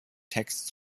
text